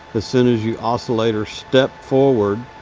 as soon as you oscillate or step forward,